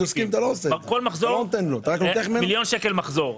מיליון שקל מחזור,